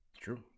True